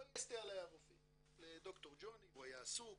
לא --- לד"ר ג'וני, הוא היה עסוק